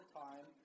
time